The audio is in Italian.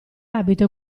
abito